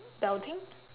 belting